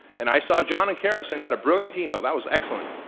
and i saw jon and cara send out a brilliant email, that was excellent.